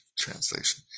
translation